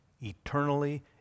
eternally